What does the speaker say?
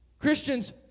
Christians